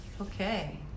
okay